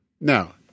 Now